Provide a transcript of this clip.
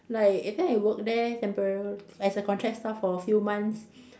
like I think I work there temporary like as a contract staff for a few months